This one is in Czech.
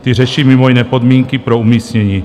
Ty řeší mimo jiné podmínky pro umístění.